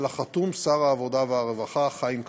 על החתום, שר העבודה והרווחה חיים כץ.